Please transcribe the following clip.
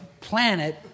planet